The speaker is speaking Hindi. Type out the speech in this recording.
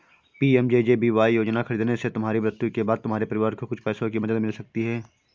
पी.एम.जे.जे.बी.वाय योजना खरीदने से तुम्हारी मृत्यु के बाद तुम्हारे परिवार को कुछ पैसों की मदद मिल सकती है